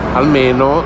almeno